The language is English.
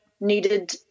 needed